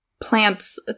Plants